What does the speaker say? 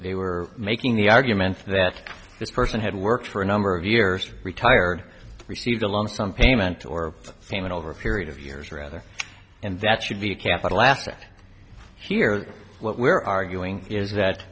they were making the argument that this person had worked for a number of years retired received a lump sum payment or came in over a period of years rather and that should be a capital asset here what we're arguing is that